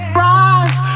rise